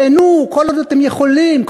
תיהנו כל עוד אתם יכולים,